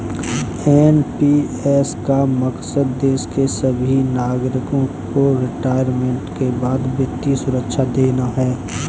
NPS का मकसद देश के सभी नागरिकों को रिटायरमेंट के बाद वित्तीय सुरक्षा देना है